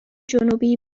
جنوبی